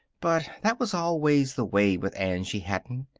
but that was always the way with angie hatton.